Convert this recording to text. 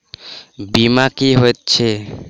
बीमा की होइत छी?